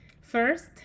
First